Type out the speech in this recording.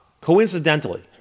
Coincidentally